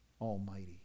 Almighty